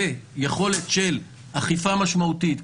ויכולת של אכיפה משמעותית,